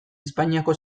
espainiako